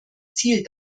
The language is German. ziel